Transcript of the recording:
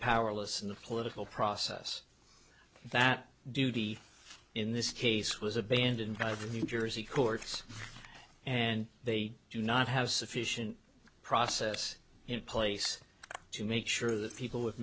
powerless in the political process that duty in this case was abandoned by v jersey courts and they do not have sufficient process in place to make sure that people with